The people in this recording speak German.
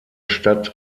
stadt